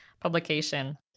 publication